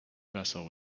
vessel